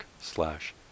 slash